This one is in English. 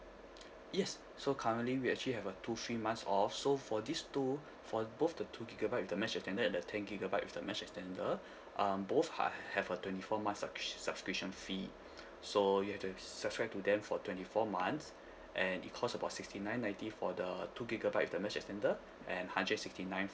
yes so currently we actually have a two free months off so for these two for both the two gigabyte with the mesh extender and the ten gigabyte with the mesh extender um both hi~ have a twenty four months subs~ subscription fee so you have to subscribe to them for twenty four months and it cost about sixty nine ninety for the two gigabytes with the mesh extender and hundred sixty nine